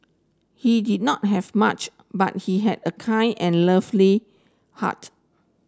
he did not have much but he had a kind and lovely heart